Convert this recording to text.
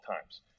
times